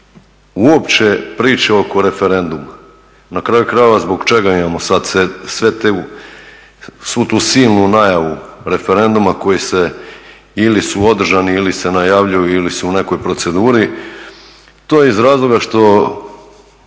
uopće priče oko referenduma, na kraju krajeva zbog čega imamo sada svu tu silnu nabavu referenduma koji se ili su održani ili se najavljuju ili su u nekoj proceduri, to je iz razloga što